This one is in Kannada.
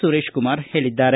ಸುರೇಶಕುಮಾರ್ ಹೇಳಿದ್ದಾರೆ